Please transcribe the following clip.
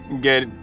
get